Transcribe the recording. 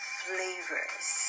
flavors